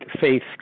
faith